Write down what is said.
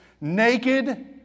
naked